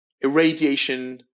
irradiation